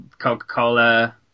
Coca-Cola